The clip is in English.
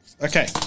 Okay